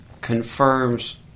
confirms